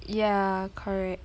ya correct